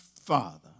father